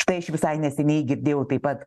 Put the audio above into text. štai aš visai neseniai girdėjau taip pat